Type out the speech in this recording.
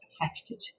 affected